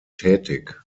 tätig